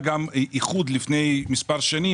לפני כמה שנים,